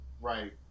Right